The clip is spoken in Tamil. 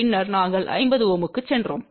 பின்னர் நாங்கள் 50 Ω க்குச் சென்றோம்